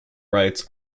rights